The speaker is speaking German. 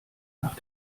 nach